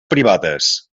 privades